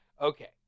Okay